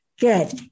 Good